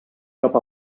cap